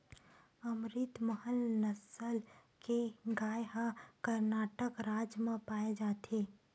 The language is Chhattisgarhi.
अमरितमहल नसल के गाय ह करनाटक राज म पाए जाथे